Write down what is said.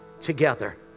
together